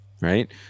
Right